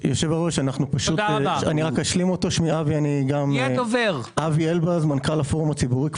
אשלים אותו אני מנכ"ל הפורום הציבורי,